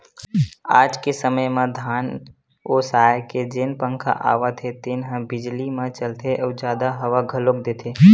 आज के समे म धान ओसाए के जेन पंखा आवत हे तेन ह बिजली म चलथे अउ जादा हवा घलोक देथे